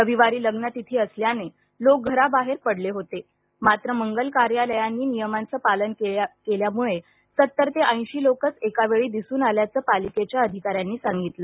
रविवारी लग्नतिथी असल्याने लोक घराबाहेर पडले होते मात्र मंगल कार्यालयांनी नियमांचं पालन केल्यामुळे सत्तर ते ऐंशी लोकच एकावेळी दिसून आल्याचं पालिकेच्या अधिकाऱ्यांनी सांगितलं